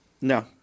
No